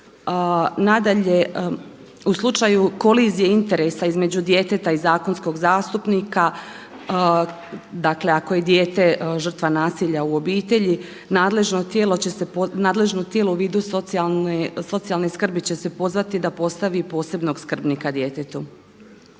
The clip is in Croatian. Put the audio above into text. u slučaju kolizije interesa između djeteta i zakonskog zastupnika dakle ako je dijete žrtva nasilja u obitelji, nadležno tijelo u vidu socijalne skrbi će se pozvati da postavi posebnog skrbnika djetetu.